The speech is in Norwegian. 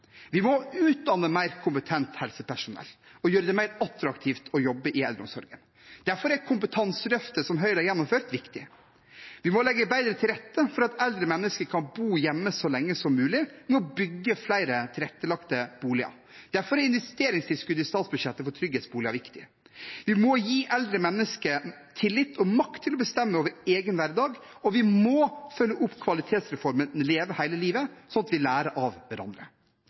Vi må utdanne mer kompetent helsepersonell og gjøre det mer attraktivt å jobbe i eldreomsorgen. Derfor er kompetanseløftet som Høyre har gjennomført, viktig. Vi må legge bedre til rette for at eldre mennesker kan bo hjemme så lenge som mulig, ved å bygge flere tilrettelagte boliger. Derfor er investeringstilskuddet for trygghetsboliger i statsbudsjettet viktig. Vi må gi eldre mennesker tillit og makt til å bestemme over egen hverdag, og vi må følge opp kvalitetsreformen Leve hele livet sånn at vi lærer av hverandre.